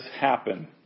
happen